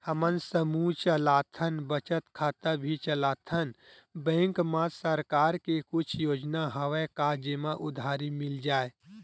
हमन समूह चलाथन बचत खाता भी चलाथन बैंक मा सरकार के कुछ योजना हवय का जेमा उधारी मिल जाय?